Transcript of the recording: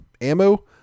ammo